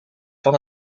van